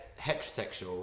heterosexual